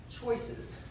choices